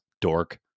dork